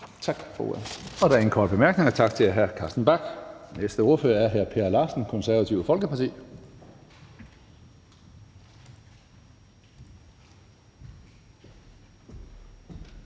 Hønge): Der er ingen korte bemærkninger. Tak til hr. Carsten Bach. Næste ordfører er hr. Per Larsen, Det Konservative Folkeparti.